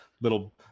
little